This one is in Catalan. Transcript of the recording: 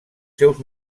seus